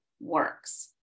works